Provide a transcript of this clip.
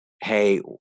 hey